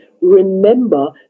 remember